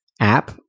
app